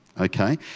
okay